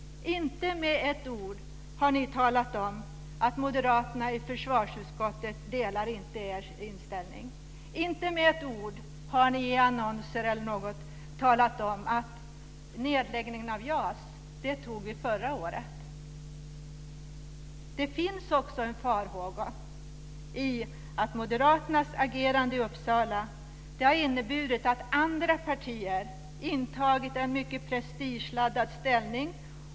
Inte med ett ord har ni talat om att moderaterna i försvarsutskottet inte delar er inställning. Inte med ett ord har ni i annonser, t.ex., talat om att vi tog nedläggningen av JAS förra året. Det finns också en farhåga om att moderaternas agerande i Uppsala har inneburit att andra partier har intagit en mycket prestigeladdad ställning.